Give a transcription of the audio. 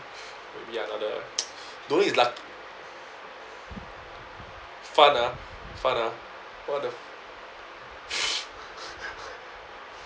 ya lah the don't know is luck~ fun ah fun ah what the f~